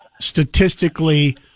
statistically